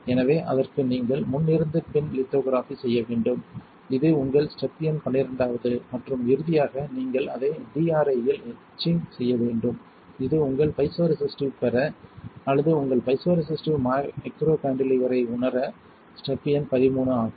எனவே அதற்கு நீங்கள் முன் இருந்து பின் லித்தோகிராஃபி செய்ய வேண்டும் இது உங்கள் ஸ்டெப் எண் பன்னிரண்டாவது மற்றும் இறுதியாக நீங்கள் அதை DRI இல் எட்சிங் செய்ய வேண்டும் இது உங்கள் பைசோரெசிஸ்டிவ் பெற அல்லது உங்கள் பைசோரெசிஸ்டிவ் மைக்ரோ கான்டிலீவரை உணர ஸ்டெப் எண் 13 ஆகும்